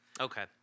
Okay